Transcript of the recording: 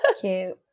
Cute